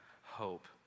hope